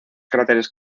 cráteres